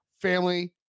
family